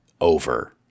over